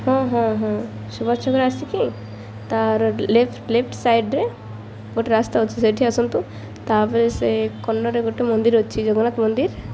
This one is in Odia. ହଁ ହଁ ହଁ ସୁବାଷ ଚନ୍ଦ୍ର ଆସିକି ତା'ର ଲେଫ୍ଟ ଲେଫ୍ଟ ସାଇଡ଼୍ରେ ଗୋଟେ ରାସ୍ତା ଅଛି ସେଇଠି ଆସନ୍ତୁ ତାପରେ ସେ କର୍ଣ୍ଣରରେ ଗୋଟେ ମନ୍ଦିର ଅଛି ଜଗନ୍ନାଥ ମନ୍ଦିର